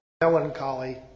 melancholy